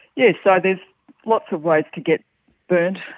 yes, so there's lots of ways to get burnt